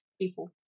people